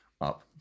up